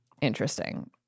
interesting